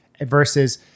Versus